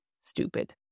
stupid